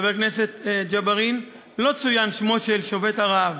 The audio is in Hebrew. חבר הכנסת ג'בארין, לא צוין שמו של שובת הרעב.